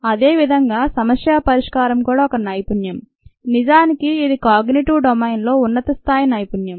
అదేవిధంగా సమస్య పరిష్కారం కూడా ఒక నైపుణ్యం నిజానికి ఇది "కాగ్నిటివ్" డొమైన్లో ఉన్నత స్థాయి నైపుణ్యం